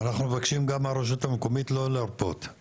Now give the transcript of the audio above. החיבור הזה לא אושר בתוכנית המתאר לפי מה שרשמו לי,